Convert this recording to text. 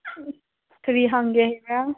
ꯀꯔꯤ ꯍꯪꯒꯦ ꯍꯥꯏꯕꯔꯥ